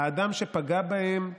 האדם שפגע בהם,